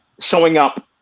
showing up,